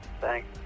Thanks